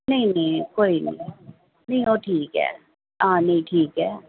नेईं नेईं कोई नी नेईं ओह ठीक ऐ हां नेईं ठीक ऐ